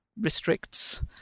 restricts